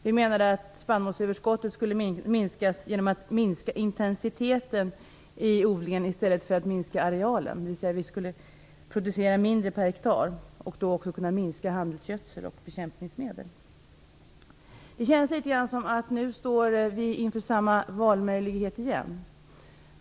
Vi menade att spannmålsöverskottet skulle minskas genom att minska intensiteten i odlingen i stället för att minska arealen, dvs. vi skulle producera mindre per hektar. Då skulle vi också kunna minska användningen av handelsgödsel och bekämpningsmedel. Det känns litet grand som om vi nu står inför samma valmöjlighet igen.